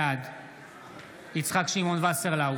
בעד יצחק שמעון וסרלאוף,